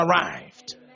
arrived